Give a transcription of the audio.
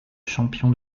champion